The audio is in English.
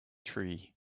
tree